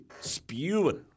spewing